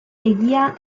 egia